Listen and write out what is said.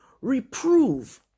Reprove